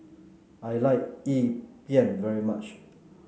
I like Yi very much